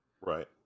Right